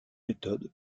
méthode